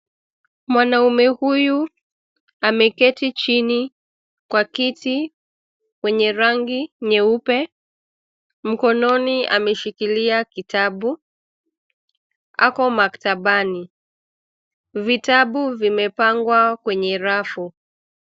Mwanaume huyu ameketi chini kwa kiti wenye rangi nyeupe. Mkononi ameshikilia kitabu. Ako maktabani. Vitabu vimepangwa kwenye rafu.